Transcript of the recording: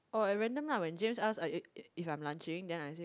oh I random up when James ask if if I am lunching then I say